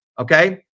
Okay